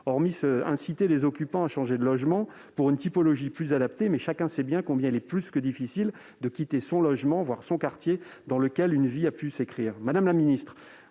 inciter les occupants à changer de logement pour une typologie plus adaptée, mais chacun sait bien qu'il est plus que difficile de quitter son logement, voire son quartier, dans lequel toute une vie a pu s'écrire.